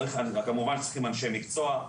כמובן שצריכים אנשי מקצוע,